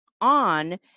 on